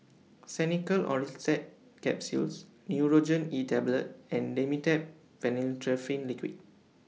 Xenical Orlistat Capsules Nurogen E Tablet and Dimetapp Phenylephrine Liquid